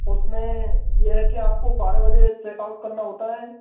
उसमें ये है कि आपको बारह बजे चेकआउट करना होता है